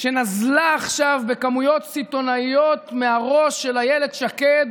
שנזלה עכשיו בכמויות סיטונאיות מהראש של אילת שקד,